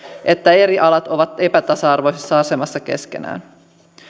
että eri alat ovat epätasa arvoisessa asemassa keskenään